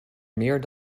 meer